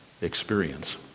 experience